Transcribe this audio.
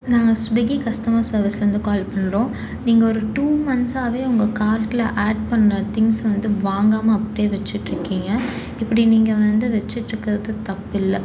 நாங்கள் Swiggy customer சர்வீஸ்லேருந்து call பண்றோம் நீங்கள் ஒரு டூ மந்த்ஸாகவே உங்கள் கார்ட்டில் ஆட் பண்ண திங்ஸ் வந்து வாங்காமல் அப்படியே வச்சிட்டுருக்கீங்க இப்படி நீங்கள் வந்து வச்சிட்டுருக்கிறது தப்பில்லை